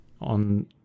on